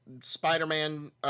Spider-Man